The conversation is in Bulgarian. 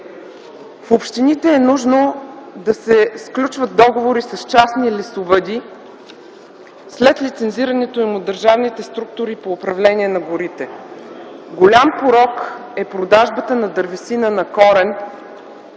В общините е нужно да се сключват договори с частни лесовъди след лицензирането на държавните структури по управлението на горите. Голям порок е продажбата на дървесина на корен,